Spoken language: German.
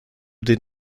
den